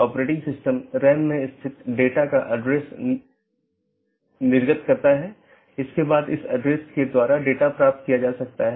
अगर हम BGP घटकों को देखते हैं तो हम देखते हैं कि क्या यह ऑटॉनमस सिस्टम AS1 AS2 इत्यादि हैं